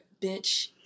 Bitch